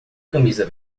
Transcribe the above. camisa